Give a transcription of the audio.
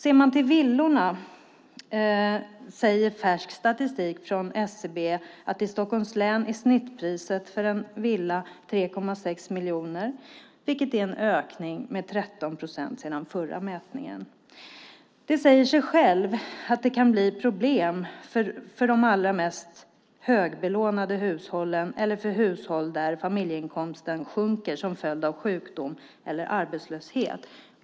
Enligt färsk statistik från SCB är snittpriset för en villa i Stockholms län 3,6 miljoner kronor, vilket är en ökning med 13 procent sedan förra mätningen. Det säger sig självt att det kan bli problem för de allra mest högbelånade hushållen eller för hushåll där familjeinkomsten sjunker till följd av sjukdom eller arbetslöshet.